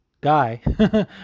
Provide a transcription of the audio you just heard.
guy